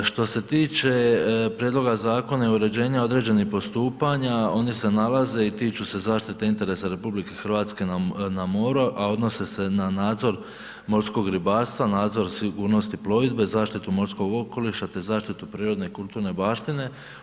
Što se tiče prijedloga zakona i uređenja određenih postupanja, oni se nalaze i tiču se zaštite interesa RH na moru a odnose se na nadzor morskog ribarstva, nadzor sigurnosti plovidbe, zaštitu morskog okoliša te zaštitu prirodne i kulturne baštine.